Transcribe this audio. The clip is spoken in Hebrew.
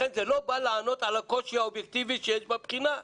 לכן זה לא בא לענות על הקושי האובייקטיבי שיש בבחינה.